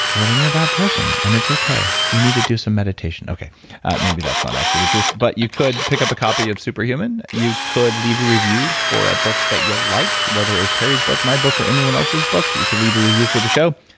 well, then you're a bad person and it's okay. you need to do some meditation. maybe that's not actually the truth, but you could pick up a copy of super human. you could leave a review for a book that you liked, whether it was teri's book, my book or anyone else's book. you could leave a review for the show,